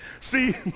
See